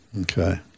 Okay